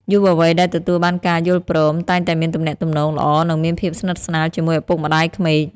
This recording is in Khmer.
យុវវ័យដែលទទួលបានការយល់ព្រម តែងតែមានទំនាក់ទំនងល្អ និងមានភាពស្និទ្ធស្នាលជាមួយឪពុកម្ដាយក្មេក។